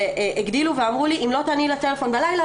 הגדילו ואמרו לי אם לא תעני לטלפון בלילה,